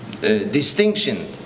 distinction